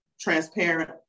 transparent